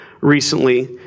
recently